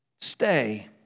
stay